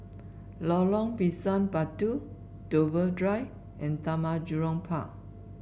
Lorong Pisang Batu Dover Drive and Taman Jurong Park